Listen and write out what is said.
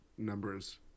Numbers